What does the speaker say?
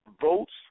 Votes